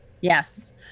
Yes